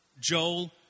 Joel